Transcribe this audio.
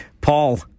Paul